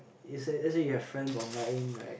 it say let's say you have friends online like